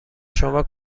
شما